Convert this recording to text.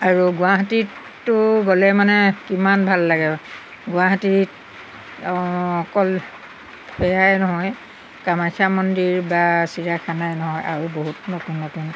আৰু গুৱাহাটীতো গ'লে মানে কিমান ভাল লাগে গুৱাহাটীত অকল সেয়াই নহয় কামাখ্যা মন্দিৰ বা চিৰাখানাই নহয় আৰু বহুত নতুন নতুন